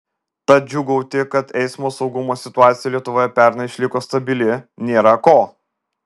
tad džiūgauti kad eismo saugumo situacija lietuvoje pernai išliko stabili nėra ko